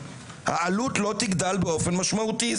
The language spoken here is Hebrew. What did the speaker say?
העלות לא תגדל באופן משמעותי.